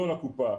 לא לקופה,